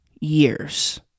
years